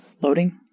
Loading